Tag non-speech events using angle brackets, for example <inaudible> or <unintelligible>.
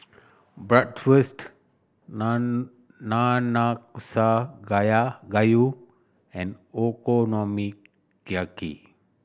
Bratwurst Nun Nanakusa <unintelligible> gayu and Okonomiyaki